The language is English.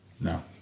No